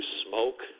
smoke